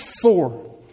four